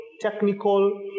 technical